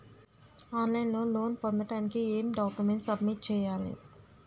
On line లో loan పొందటానికి ఎం డాక్యుమెంట్స్ సబ్మిట్ చేయాలి?